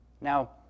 Now